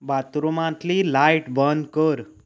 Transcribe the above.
बाथरुमांतली light बंद कर